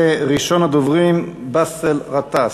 וראשון הדוברים, באסל גטאס,